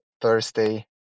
thursday